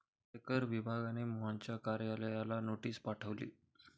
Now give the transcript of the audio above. आयकर विभागाने मोहनच्या कार्यालयाला नोटीस पाठवली